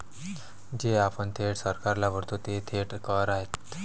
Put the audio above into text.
जे आपण थेट सरकारला भरतो ते थेट कर आहेत